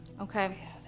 Okay